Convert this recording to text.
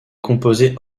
composés